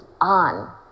on